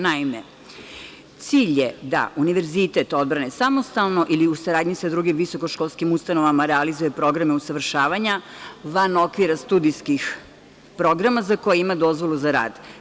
Naime, cilj je da Univerzitet odbrane samostalno ili u saradnji sa drugim visokoškolskim ustanovama realizuje programe usavršavanja van okvira studijskih programa za koje ima dozvolu za rad.